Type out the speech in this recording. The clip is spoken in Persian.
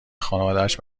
خانوادش